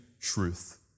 truth